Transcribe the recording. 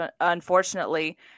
unfortunately